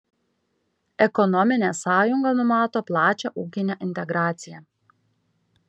ekonominė sąjunga numato plačią ūkinę integraciją